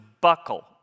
buckle